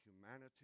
humanity